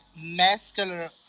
masculine